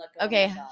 Okay